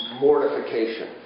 mortification